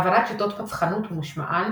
הבנת שיטות פצחנות ומשמען,